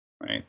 right